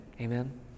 Amen